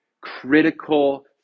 critical